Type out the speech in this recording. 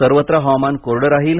सर्वत्र हवामान कोरडं राहील